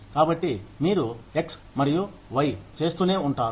కాబట్టి మీరు ఎక్స్ మరియు వై చేస్తూనే ఉంటారు